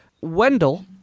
Wendell